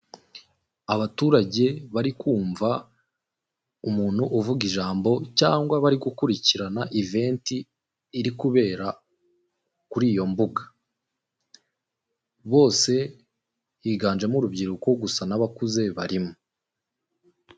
Abaturage bari kumva umuntu uvuga ijambo cyangwa bari gukurikirana event iri kubera kuri iyo mbuga, bose higanjemo urubyiruko gusa n'abakuze barimo.